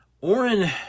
Oren